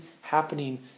happening